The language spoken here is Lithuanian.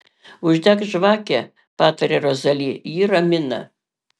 uždek žvakę pataria rozali ji ramina